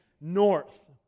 north